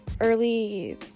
early